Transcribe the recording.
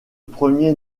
premier